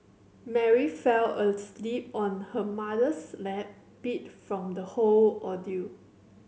Mary fell asleep on her mother's lap beat from the whole ordeal